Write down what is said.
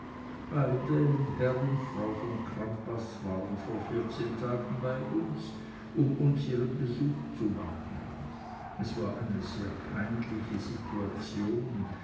beide herr und frau von crampas waren vor vierzehn tagen bei uns um uns ihren besuch zu machen es war eine sehr peinliche situation